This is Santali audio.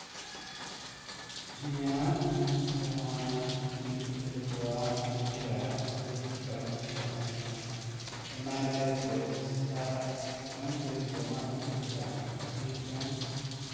ᱦᱮᱸᱭᱟ ᱡᱟᱦᱟᱸ ᱜᱤᱫᱽᱨᱟᱹ ᱠᱚᱣᱟᱜ ᱱᱤᱡᱮᱨᱟᱜ ᱥᱮᱵᱷᱤᱝ ᱮᱠᱟᱣᱩᱱᱴ ᱛᱟᱦᱮᱱ ᱠᱷᱟᱱ ᱚᱱᱟᱨᱮ ᱯᱚᱭᱥᱟ ᱮᱠᱟᱣᱩᱱᱴ ᱨᱮ ᱡᱚᱢᱟ ᱤᱫᱤ ᱞᱮᱠᱷᱟᱱ ᱟᱹᱰᱤ ᱜᱟᱱ